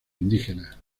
indígenas